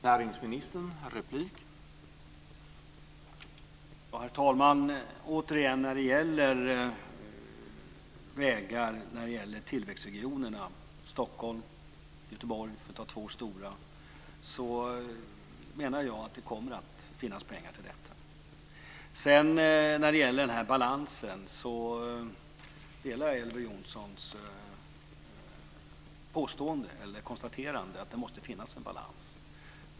Herr talman! Återigen: När det gäller vägar i tillväxtregionerna - Stockholm och Göteborg, för att ta två stora sådana - menar jag att det kommer att finnas pengar till detta. Jag delar vidare Elver Jonssons konstaterande att det måste finnas en balans.